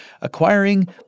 acquiring